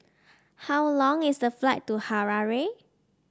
how long is the flight to Harare